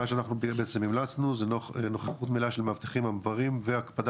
מה שאנחנו בעצם המלצנו זה נוכחות מלאה של מאבטחים במעברים והקפדה